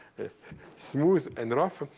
smooth and rough.